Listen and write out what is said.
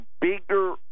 bigger